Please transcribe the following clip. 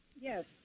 Yes